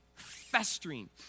festering